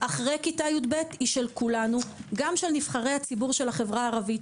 וגם מי שיקבל את זכות הדיבור זה יהיה שתי דקות,